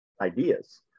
ideas